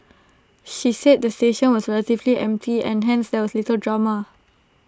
she said the station was relatively empty and hence there was little drama